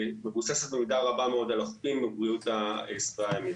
מבוססת במידה רבה מאוד על החופים ובריאות הסביבה הימית.